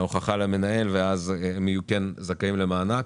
ההוכחה על המנהל ואם כן, אז הם זכאים למענק.